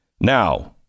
Now